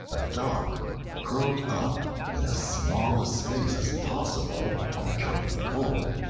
a dog curled up in as small a space as possible on account of the cold,